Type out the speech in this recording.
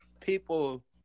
people